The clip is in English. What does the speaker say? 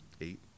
eight